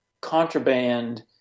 contraband